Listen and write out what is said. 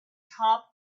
top